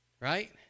Right